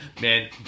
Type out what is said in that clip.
man